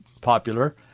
popular